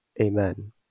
Amen